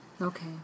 Okay